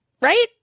right